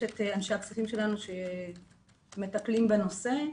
יש אנשי הכספים שלנו שמטפלים בנושא.